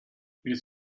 ils